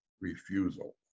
refusal